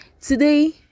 Today